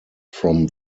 from